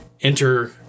Enter